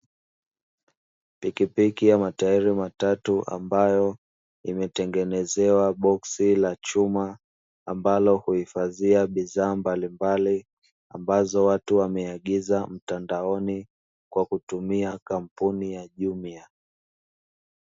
Pikipiki ya matairi matatu ambayo imetengenezewa boksi la chuma, ambalo huifadhia bidhaa mbalimbali ambazo watu wameagiza mtandaoni, kwa kutumia kampuni ya jumiya.